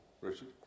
Richard